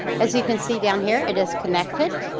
as you can see down here it is connected.